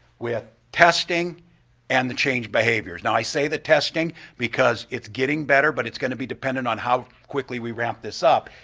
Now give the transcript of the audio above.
with testing and the changed behaviors. foul, and i say the testing because it's getting better but it's going to be dependent on how quickly we ramp this up.